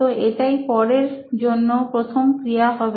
তো এটাই পরের জন্য প্রথম ক্রিয়া হবে